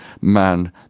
man